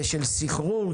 ושל סחרור,